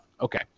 Okay